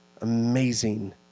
amazing